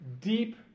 deep